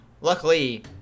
luckily